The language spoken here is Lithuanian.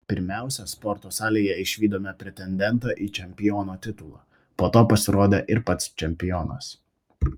pirmiausia sporto salėje išvydome pretendentą į čempiono titulą po to pasirodė ir pats čempionas